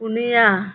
ᱯᱩᱱᱤᱭᱟᱹ